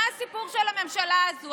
מה הסיפור של הממשלה הזו?